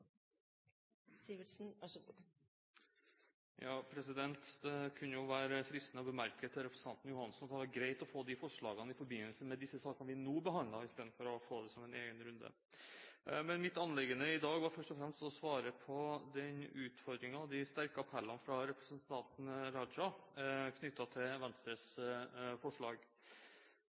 Det kunne være fristende å bemerke til representanten Johansen at det hadde vært greit å få de forslagene i forbindelse med de sakene vi nå behandler, i stedet for å få dem i en egen runde. Mitt anliggende i dag er først og fremst å svare på den utfordringen og de sterke appellene fra representanten Raja knyttet til Venstres forslag.